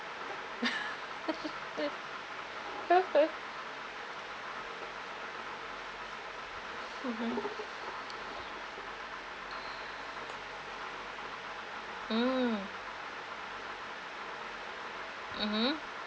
mmhmm mm mmhmm